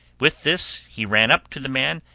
with this he ran up to the man,